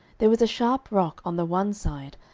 there was a sharp rock on the one side,